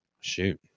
Shoot